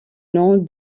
nom